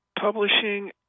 Publishing